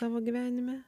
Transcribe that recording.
tavo gyvenime